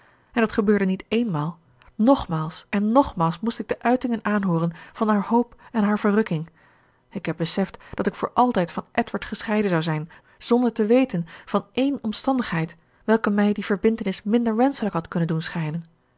en dat gebeurde niet éénmaal nogmaals en nogmaals moest ik de uitingen aanhooren van haar hoop en haar verrukking ik heb beseft dat ik voor altijd van edward gescheiden zou zijn zonder te weten van ééne omstandigheid welke mij die verbintenis minder wenschelijk had kunnen doen schijnen